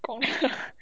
gong